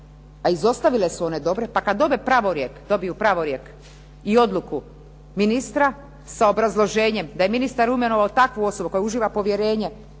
a izostavile su one dobre, pa kada dobiju pravorijek, dobiju pravorijek i odluku ministra sa obrazloženjem da je ministar imenovao takvu osobu koja uživa povjerenje